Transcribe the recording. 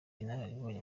inararibonye